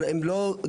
אבל הם בסדר,